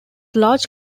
large